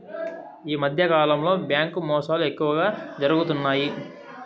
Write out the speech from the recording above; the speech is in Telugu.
ఈ మధ్యకాలంలో బ్యాంకు మోసాలు ఎక్కువగా జరుగుతున్నాయి